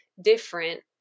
different